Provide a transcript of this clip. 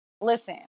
Listen